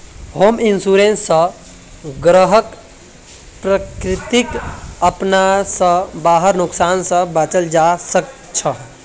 home insurance स घरक प्राकृतिक आपदा स हबार नुकसान स बचाल जबा सक छह